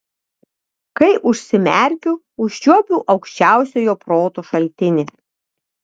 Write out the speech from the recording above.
kai užsimerkiu užčiuopiu aukščiausiojo proto šaltinį